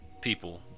people